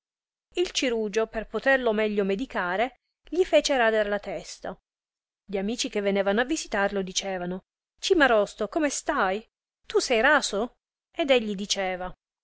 il cirugio per poterlo meglio medicare gli fece rader la testa gli amici che venevano a visitarlo dicevano cimarosto come stai tu sei raso ed egli diceva